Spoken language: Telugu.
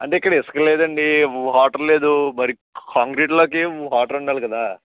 అంటే ఇక్కడ ఇసుక లేదండి వాటర్ లేదు మరి కాంక్రీట్లోకి వాటర్ ఉండాలి కదా